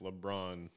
LeBron